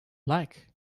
like